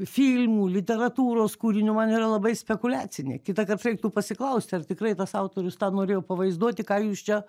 filmų literatūros kūrinių man yra labai spekuliacinė kitąkart reiktų pasiklausti ar tikrai tas autorius tą norėjo pavaizduoti ką jūs čia